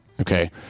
Okay